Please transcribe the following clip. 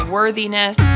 Worthiness